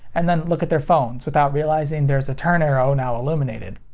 and then look at their phones without realizing there's a turn arrow now illuminated.